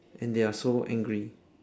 and they are so angry